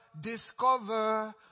discover